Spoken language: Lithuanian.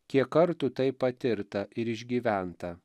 kiek kartų tai patirta ir išgyventa